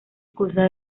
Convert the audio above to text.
goza